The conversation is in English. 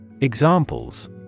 Examples